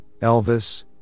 Elvis